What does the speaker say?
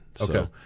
Okay